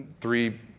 three